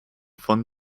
von